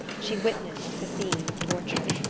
she witnessed the scene of torture.